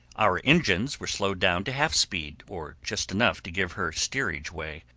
our engines were slowed down to half-speed, or just enough to give her steerage way,